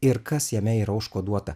ir kas jame yra užkoduota